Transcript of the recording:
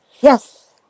Yes